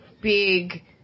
big